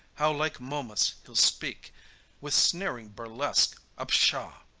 how like momus he'll speak with sneering burlesque, a pshaw!